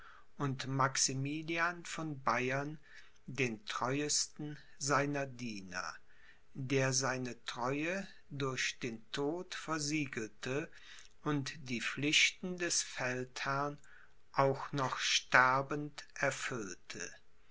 und maximilian von bayern den treuesten seiner diener der seine treue durch den tod versiegelte und die pflichten des feldherrn auch noch sterbend erfüllte